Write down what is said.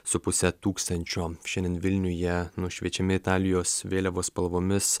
su puse tūkstančio šiandien vilniuje nušviečiami italijos vėliavos spalvomis